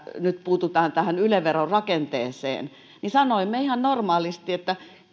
nyt puututaan tähän yle veron rakenteeseen niin sanoimme ihan normaalisti että